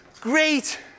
great